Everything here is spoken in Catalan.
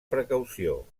precaució